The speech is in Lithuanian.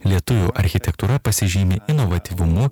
lietuvių architektūra pasižymi inovatyvumu